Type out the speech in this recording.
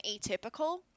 Atypical